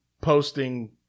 posting